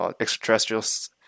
extraterrestrials